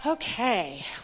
Okay